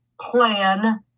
plan